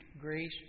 grace